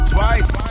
Twice